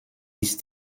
ist